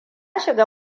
shiga